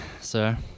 sir